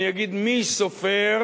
אני אגיד מי סופר